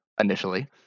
initially